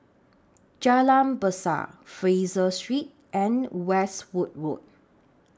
Jalan Besar Fraser Street and Westwood Road